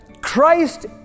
christ